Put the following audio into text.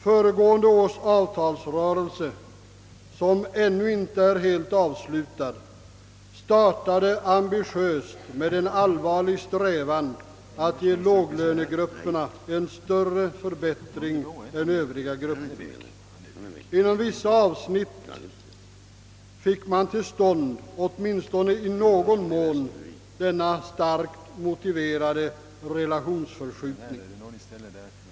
Föregående års avtalsrörelse, som ännu inte är helt avslutad, startade ambitiöst med en allvarlig strävan att ge låglönegrupperna en större förbättring än övriga grupper. Inom vissa avsnitt fick man åtminstone i någon mån till stånd denna starkt motiverade relationsför skjutning.